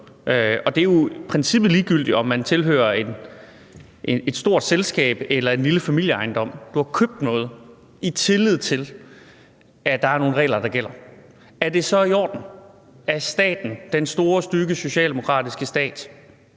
ligegyldigt, om man tilhører et stort selskab eller en lille familieejendom; du har købt noget i tillid til, at der er nogle regler, der gælder. Er det så i orden, at staten – den store stygge socialdemokratiske stat;